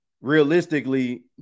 realistically